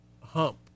hump